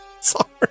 Sorry